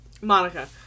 Monica